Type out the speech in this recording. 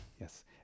Yes